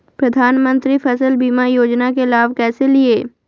प्रधानमंत्री फसल बीमा योजना के लाभ कैसे लिये?